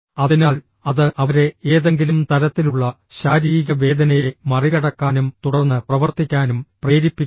അതിനാൽ അത് അവരെ ഏതെങ്കിലും തരത്തിലുള്ള ശാരീരിക വേദനയെ മറികടക്കാനും തുടർന്ന് പ്രവർത്തിക്കാനും പ്രേരിപ്പിക്കുന്നു